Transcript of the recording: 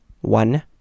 One